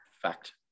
fact